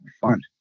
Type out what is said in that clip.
fun